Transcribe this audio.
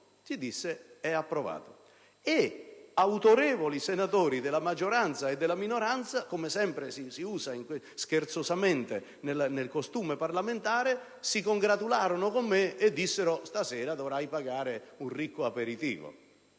si disse che erano approvati. Autorevoli senatori della maggioranza e della minoranza, come sempre avviene scherzosamente nel costume parlamentare, si congratularono con me e dissero: «Stasera dovrai pagare un ricco aperitivo».